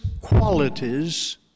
qualities